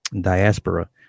Diaspora